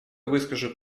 выскажу